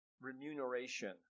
remuneration